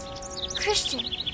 Christian